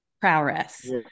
prowess